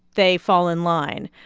they fall in line.